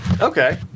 Okay